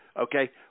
Okay